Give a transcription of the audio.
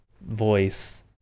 voice